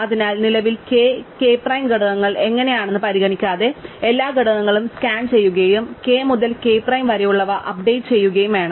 അതിനാൽ നിലവിൽ k k prime ഘടകങ്ങൾ എങ്ങനെയാണെന്നത് പരിഗണിക്കാതെ ഞങ്ങൾ എല്ലാ ഘടകങ്ങളും സ്കാൻ ചെയ്യുകയും k മുതൽ k പ്രൈം വരെയുള്ളവ അപ്ഡേറ്റ് ചെയ്യുകയും വേണം